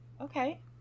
Okay